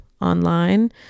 online